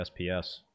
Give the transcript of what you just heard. SPS